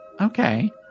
okay